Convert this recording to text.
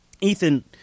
Ethan